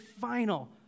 final